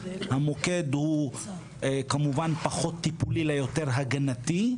המוקד הוא כמובן פחות טיפולי אלא יותר הגנתי,